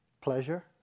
pleasure